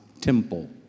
temple